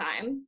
time